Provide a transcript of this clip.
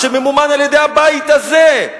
שממומן על-ידי הבית הזה,